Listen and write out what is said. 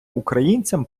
українцям